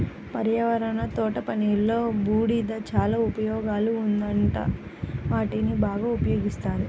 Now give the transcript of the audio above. పర్యావరణ తోటపనిలో, బూడిద చాలా ఉపయోగాలు ఉన్నందున వాటిని బాగా ఉపయోగిస్తారు